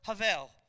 havel